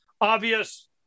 obvious